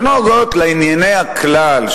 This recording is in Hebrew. שלא נוגעות לענייני הכלל,